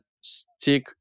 stick